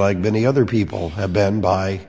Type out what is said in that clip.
like many other people have been by